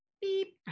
beep